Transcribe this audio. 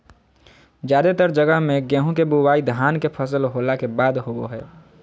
जादेतर जगह मे गेहूं के बुआई धान के फसल होला के बाद होवो हय